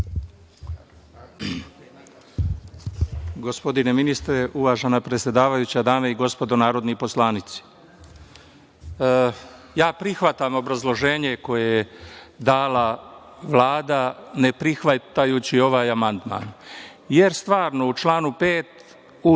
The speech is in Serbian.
Gospodine ministre, uvažena predsedavajuća, dame i gospodo narodni poslanici, ja prihvatam obrazloženje koje je dala Vlada ne prihvatajući ovaj amandman, jer, stvarno, u članu 5. u